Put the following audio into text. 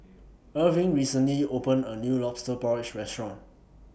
Erving recently opened A New Lobster Porridge Restaurant